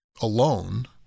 alone